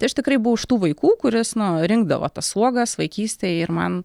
tai aš tikrai buvo iš tų vaikų kuris nu rinkdavo tas uogas vaikystėj ir man